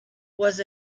was